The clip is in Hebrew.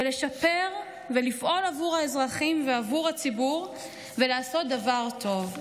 לשפר ולפעול עבור האזרחים ועבור הציבור ולעשות דבר טוב.